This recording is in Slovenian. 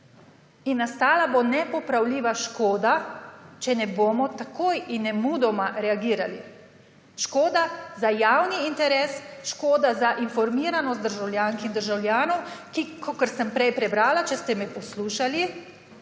ni. Nastala bo nepopravljiva škoda, če ne bomo takoj in nemudoma reagirali. Škoda za javni interes, škoda za informiranost državljank in državljanov, ki, kakor sem prej prebrala, če ste me poslušali,